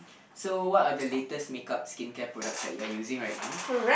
so what are the latest make up skin care products that you are using right now